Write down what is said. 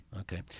Okay